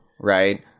right